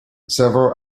several